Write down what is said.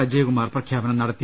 അജയകുമാർ പ്രഖ്യാപനം നടത്തി